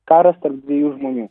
karas tarp dviejų žmonių